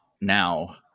now